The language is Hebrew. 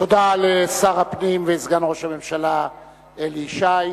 תודה לשר הפנים וסגן ראש הממשלה אלי ישי.